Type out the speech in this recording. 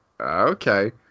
Okay